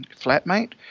flatmate